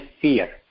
fear